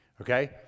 Okay